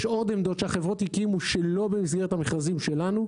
יש עוד עמדות שהחברות הקימו שלא במסגרת המכרזים שלנו,